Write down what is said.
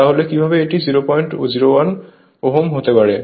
তাহলে কিভাবে এটি 001Ω হতে পারে